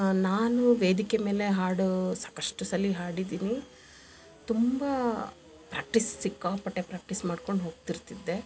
ನಾನು ವೇದಿಕೆ ಮೇಲೆ ಹಾಡು ಸಾಕಷ್ಟು ಸಲಿ ಹಾಡಿದ್ದೀನಿ ತುಂಬಾ ಪ್ರಾಕ್ಟೀಸ್ ಸಿಕ್ಕಾಪಟ್ಟೆ ಪ್ರಾಕ್ಟೀಸ್ ಮಾಡ್ಕೊಂಡು ಹೋಗ್ತಿರ್ತಿದ್ದೆ